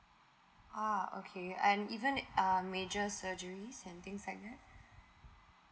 ah okay and even um major surgeries and things like that